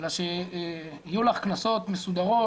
אלא שיהיו לך כנסות מסודרות,